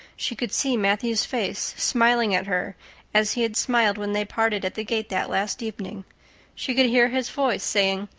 she could see matthew's face smiling at her as he had smiled when they parted at the gate that last evening she could hear his voice saying,